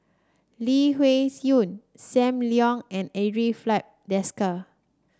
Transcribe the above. Lee Wung Yew Sam Leong and Andre Filipe Desker